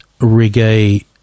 reggae